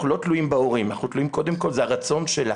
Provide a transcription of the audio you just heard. אנחנו לא תלויים בהורים אלא קודם כל ברצון שלה.